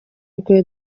rwe